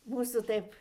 mūsų taip